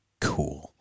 cool